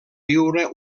viure